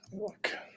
look